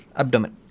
abdomen